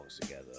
together